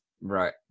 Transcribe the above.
right